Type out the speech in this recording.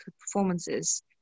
performances